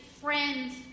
friends